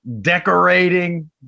decorating